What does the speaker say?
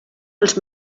els